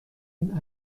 این